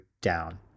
down